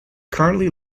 currently